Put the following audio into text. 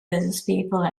businesspeople